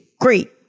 great